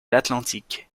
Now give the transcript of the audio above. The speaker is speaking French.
l’atlantique